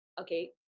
okay